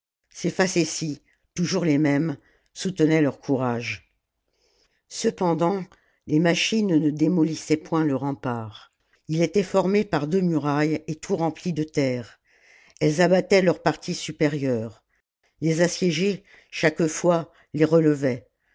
ces facéties toujours les mêmes soutenaient leur courage cependant les machines ne démolissaient point le rempart ii était formé par deux murailles et tout rempli de terre elles abattaient leurs parties supérieures les assiégés chaque fois les relevaient